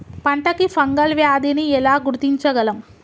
పంట కి ఫంగల్ వ్యాధి ని ఎలా గుర్తించగలం?